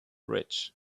rich